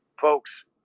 Folks